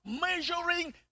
measuring